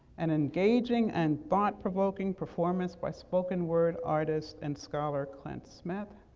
an engaging and thought-provoking performance by spoken word artist and scholar clint smith,